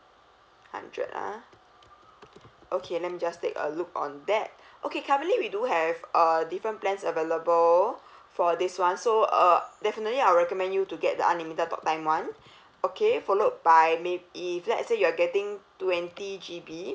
hundred ah okay let me just take a look on that okay currently we do have uh different plans available for this [one] so uh definitely I will recommend you to get the unlimited talk time [one] okay followed by may~ if let's say you are getting twenty G_B